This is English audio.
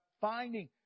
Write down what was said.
finding